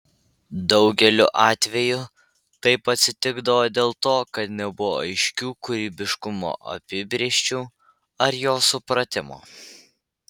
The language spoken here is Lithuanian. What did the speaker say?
daugeliu atveju taip atsitikdavo dėl to kad nebuvo aiškių kūrybiškumo apibrėžčių ar jo supratimo